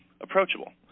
approachable